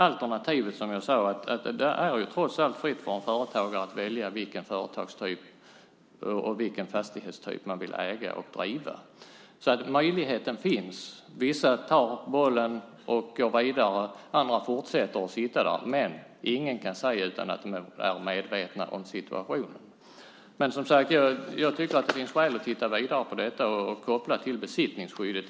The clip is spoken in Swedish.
Alternativt är det trots allt fritt för en företagare att välja vilken företags och fastighetstyp man vill äga och driva. Möjligheten finns. Vissa tar bollen och går vidare, medan andra fortsätter att sitta där. Men ingen kan säga att de inte är medvetna om situationen. Det finns skäl att titta vidare på detta och koppla det till besittningsskyddet.